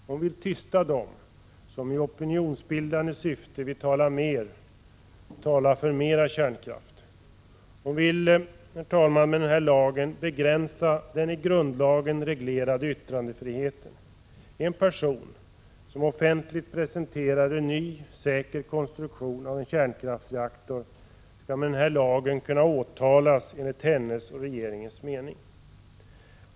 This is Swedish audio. Hon vill tysta dem som i opinionsbildande syfte vill tala för mera kärnkraft. Hon vill med den här lagen begränsa den i grundlagen reglerade yttrandefriheten. En person som offentligt presenterar en ny, säker konstruktion av en kärnkraftsreaktor skall med den här lagen kunna åtalas enligt henne och regeringens mening.